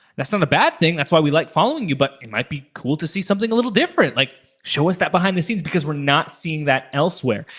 that's not a bad thing, that's why we like following you, but it might be cool to see something a little different, like show us that behind the scenes because we're not seeing that elsewhere.